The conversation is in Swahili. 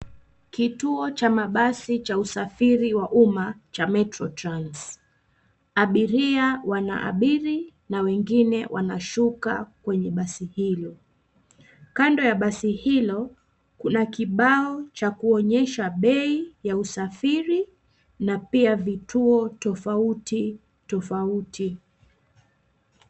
Kituo cha mabasi cha usafiri wa umma cha Metrotrans. Abiria wana abiri na wengine wanashuka kwenye basi hili. Kando ya basi hilo kuna kibao cha kuonyesha bei ya usafiri na pia vituo tofauti tofauti.